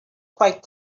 quite